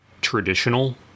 traditional